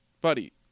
buddy